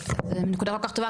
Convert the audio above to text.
זו נקודה כל כך טובה,